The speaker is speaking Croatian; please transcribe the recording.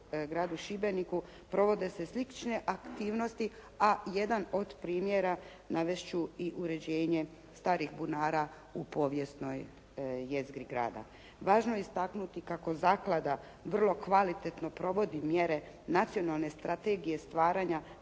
gradu Šibeniku, provode se slične aktivnosti, a jedan od primjera navest ću i uređenje starih bunara u povijesnoj jezgri grada. Važno je istaknuti kako zaklada vrlo kvalitetno provodi mjere nacionalne strategije stvaranja